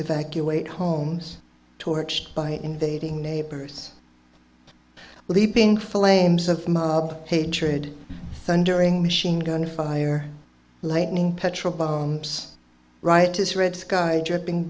evacuate homes torched by invading neighbors leaping flames of mob hatred thundering machine gun fire late inning petrol bombs rightists red sky dripping